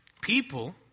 People